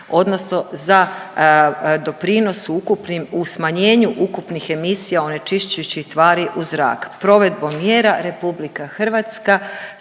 odnosno za doprinos u ukupnim, u smanjenju ukupnih emisija onečišćujućih tvari u zrak. Provedbom mjera RH će ispuniti